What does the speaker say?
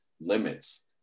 limits